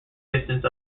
distance